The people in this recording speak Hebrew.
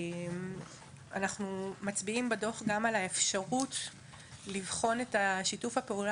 אנחנו מצביעים בדוח גם על האפשרות לבחון את שיתוף הפעולה